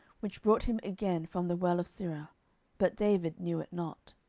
which brought him again from the well of sirah but david knew it not.